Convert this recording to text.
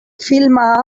filma